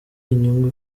inyungu